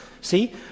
see